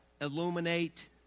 illuminate